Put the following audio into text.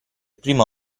primo